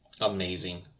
amazing